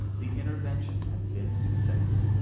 the intervention had been a success.